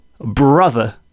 brother